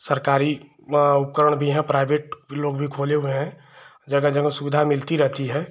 सरकारी वहाँ उपकरण भी हैं प्राइवेट लोग भी खोले हुए हैं जगह जगह सुविधा मिलती रहती है